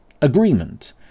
agreement